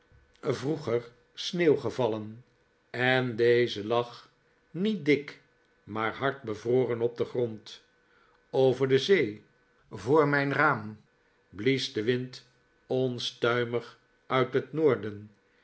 sneeuw gevallen en deze lag niet dik maar hard bevroren op den grond over de zee voor mijn raam blies de wind onstuimig uit het noorden